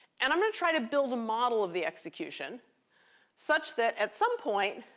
and i'm going to try to build a model of the execution such that at some point,